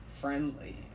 friendly